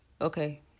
okay